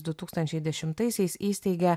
du tūkstančiai dešimtaisiais įsteigė